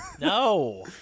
no